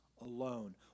alone